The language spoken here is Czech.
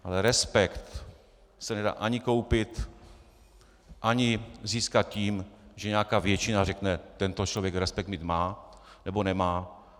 Ale respekt se nedá ani koupit ani získat tím, že nějaká většina řekne tento člověk respekt mít má nebo nemá.